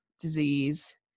disease